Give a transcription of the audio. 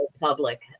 public